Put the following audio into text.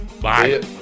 Bye